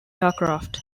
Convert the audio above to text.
aircraft